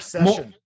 more